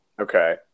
Okay